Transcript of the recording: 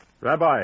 Rabbi